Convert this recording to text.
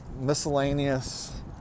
miscellaneous